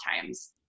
times